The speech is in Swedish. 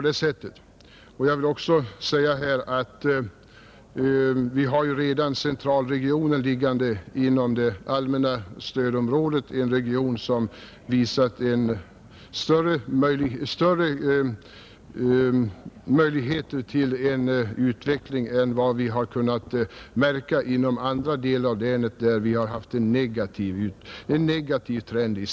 Vi har ju också centralregionen liggande inom det allmänna stödområdet, och den har visat större utvecklingsmöjligheter än vad vi kunnat märka i andra delar av länet, där vi i stället haft en negativ trend.